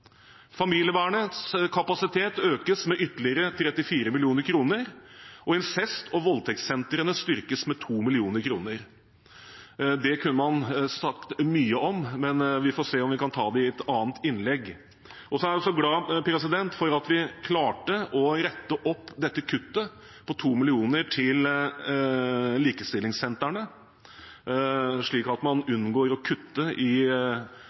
Familievernets kapasitet økes med ytterligere 34 mill. kr. Incest- og voldtektssentrene styrkes med 2 mill. kr – det kunne man sagt mye om, men vi får se om vi kan ta det i et annet innlegg. Jeg er også glad for at vi klarte å rette opp dette kuttet på 2 mill. kr til likestillingssentrene, slik at man unngår å kutte i